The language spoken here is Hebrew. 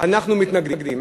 אנחנו מתנגדים.